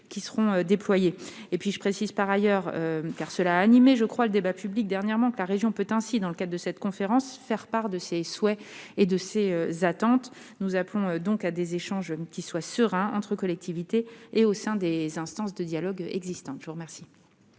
qui seront déployés. Je précise par ailleurs, car cela a animé le débat public dernièrement, que la région peut, dans le cadre de cette conférence, faire part de ses souhaits et de ses attentes. Nous appelons donc à des échanges sereins entre collectivités et au sein des instances de dialogue existantes. La parole